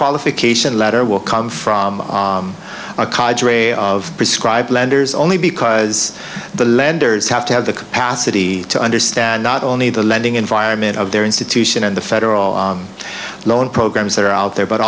prequalification letter will come from a college or a of prescribed lenders only because the lenders have to have the capacity to understand not only the lending environment of their institution and the federal loan programs that are out there but